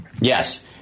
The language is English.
Yes